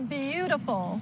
beautiful